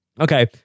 Okay